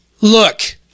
Look